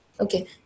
Okay